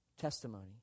testimony